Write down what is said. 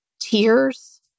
tears